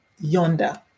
yonder